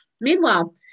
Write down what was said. Meanwhile